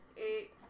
eight